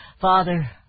Father